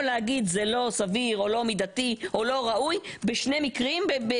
להגיד זה לא סביר או לא מידתי או לא ראוי בשני מקרים.